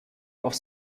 auf